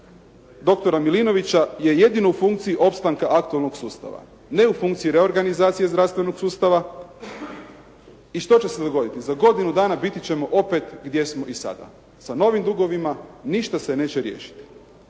doktora Milinovića je jedino u funkciji opstanka aktualnog sustava, ne u funkciji reorganizacije zdravstvenog sustava. I što će se dogoditi. Za godinu dana biti ćemo opet gdje smo i sada. Sa novim dugovima ništa se neće riješiti.